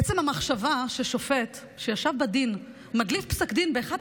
עצם המחשבה ששופט שישב בדין מדליף פסק דין באחת